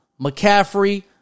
McCaffrey